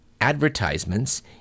advertisements